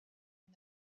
and